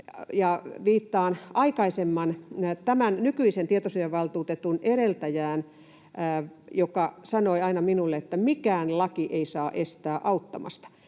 viittaan tämän nykyisen tietosuojavaltuutetun edeltäjään, joka sanoi aina minulle niin — että mikään laki ei saa estää auttamasta.